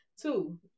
two